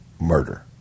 murder